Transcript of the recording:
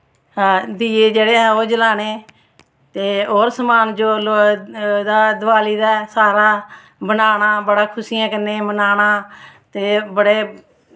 दीयै जेह्ड़े ऐ ओह् जलाने ते होर समान जो ओह्दा देयाली दा ऐ सारा बनाना बड़ी खुशियें कन्नै मनाना ते बड़े